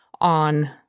on